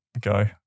Go